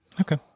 Okay